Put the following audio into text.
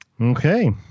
Okay